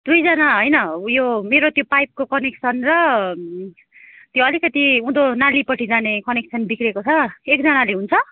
दुईजना होइन उयो मेरो त्यो पाइपको कनेक्सन र त्यो अलिकति उँधो नालीपट्टि जाने कनेक्सन बिग्रेको छ एकजनाले हुन्छ